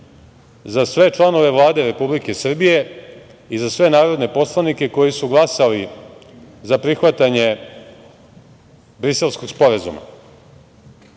za sve članove Vlade Republike Srbije i za sve narodne poslanike koji su glasali za prihvatanje Briselskog sporazuma. Rekli